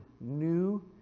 new